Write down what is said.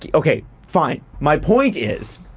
yeah okay fine. my point is,